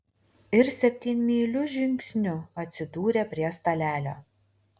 ir septynmyliu žingsniu atsidūrė prie stalelio